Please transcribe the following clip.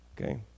Okay